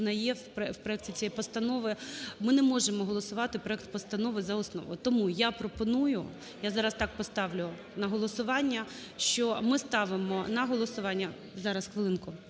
визнає, в проекті цієї постанови… Ми не можемо голосувати проект постанови за основу. Тому я пропоную, я зараз так поставлю на голосування, що ми ставимо на голосування… Зараз, хвилинку,